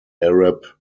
arab